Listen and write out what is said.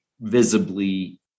visibly